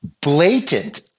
blatant